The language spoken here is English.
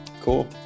cool